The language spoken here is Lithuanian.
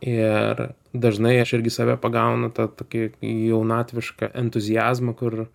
ir dažnai aš irgi save pagaunu tą tokį jaunatvišką entuziazmą kur